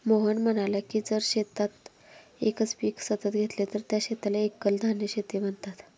मोहन म्हणाला की जर शेतात एकच पीक सतत घेतले तर त्या शेताला एकल धान्य शेती म्हणतात